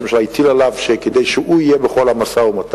ראש הממשלה הטיל עליו כדי שהוא יהיה בכל המשא-ומתן,